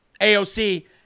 AOC